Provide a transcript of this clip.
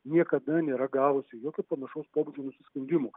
niekada nėra gavusi jokio panašaus pobūdžio nusiskundimo